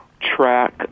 track